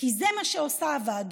כי זה מה שעושות הוועדות,